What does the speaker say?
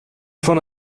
von